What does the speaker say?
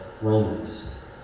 Romans